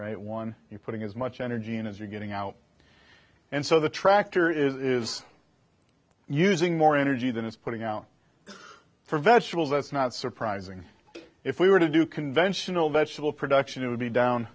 right one you're putting as much energy as you're getting out and so the tractor is using more energy than it's putting out for vegetables that's not surprising if we were to do conventional vegetable production it would be down